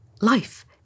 life